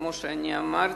כמו שאני אמרתי,